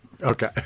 Okay